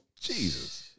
jesus